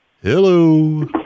Hello